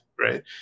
right